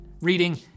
reading